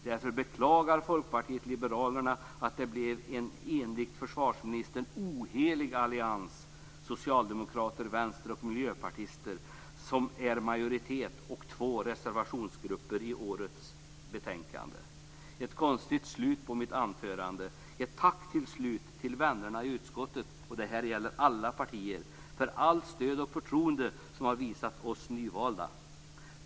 Därför beklagar Folkpartiet liberalerna att det blev en enligt försvarsministern ohelig allians - socialdemokrater, vänsterpartister och miljöpartister - som majoritet och två reservationsgrupper i årets betänkande. Det blir ett konstigt slut på mitt anförande. Ett tack till slut till vännerna i utskottet - och det gäller alla partier - för allt stöd och förtroende som har visats oss nyvalda.